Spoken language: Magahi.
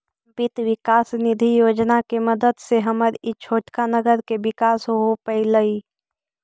वित्त विकास निधि योजना के मदद से हमर ई छोटका नगर के विकास हो पयलई